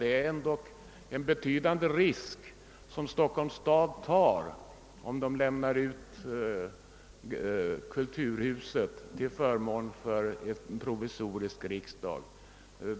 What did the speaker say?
Det är alltså en betydande risk som Stockholms stad tar genom att lämna ut kulturhuset till förmån för ett provisoriskt riksdagshus.